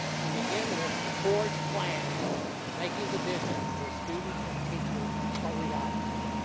to begin with, to forge plans in making the vision for students and teachers a reality.